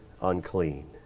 unclean